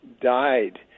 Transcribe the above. died